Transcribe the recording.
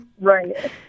right